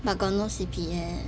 but got no C_P_F